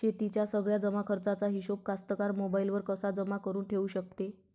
शेतीच्या सगळ्या जमाखर्चाचा हिशोब कास्तकार मोबाईलवर कसा जमा करुन ठेऊ शकते?